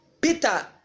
Peter